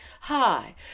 Hi